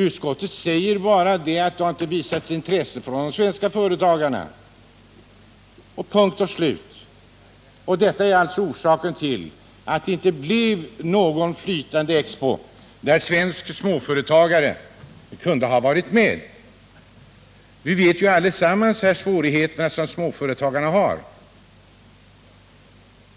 Utskottet säger bara att det inte har visats något intresse från de svenska företagarna —- punkt och slut. Det skulle alltså vara anledningen till att det inte blev någon flytande expo där svenska företagare kunde ha varit med. Vi vet allesammans vilka svårigheter småföretagarna har —